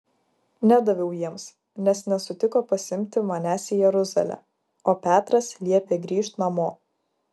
nedaviau jiems nes nesutiko pasiimti manęs į jeruzalę o petras liepė grįžt namo